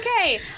okay